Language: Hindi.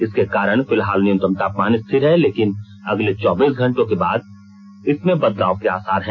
इसके कारण फिलहाल न्यूनतम तापमान स्थिर है लेकिन अगले चौबीस घंटों के बाद इसमें बदलाव के आसार हैं